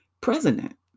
president